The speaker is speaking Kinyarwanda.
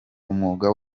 umwuga